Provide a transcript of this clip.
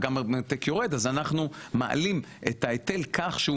וה-Government take יורד אז אנחנו מעלים את ההיטל כך שהוא